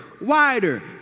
wider